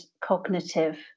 cognitive